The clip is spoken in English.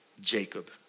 Jacob